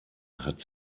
hat